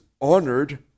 honored